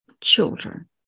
children